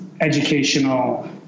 educational